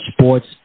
Sports